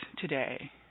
today